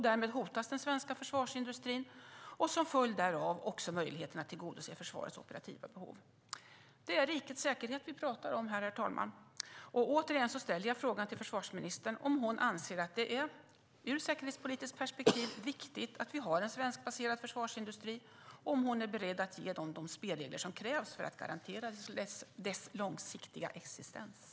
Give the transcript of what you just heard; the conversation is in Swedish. Därmed hotas den svenska försvarsindustrin och som en följd därav också möjligheterna att tillgodose försvarets operativa behov. Det är rikets säkerhet vi pratar om. Återigen vill jag ställa frågan till försvarsministern om hon anser att det ur ett säkerhetspolitiskt perspektiv är viktigt att vi har en svenskbaserad försvarsindustri och om hon är beredd att ge försvarsindustrin de spelregler som krävs för att garantera dess långsiktiga existens.